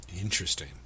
Interesting